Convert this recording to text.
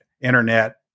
Internet